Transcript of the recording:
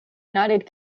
united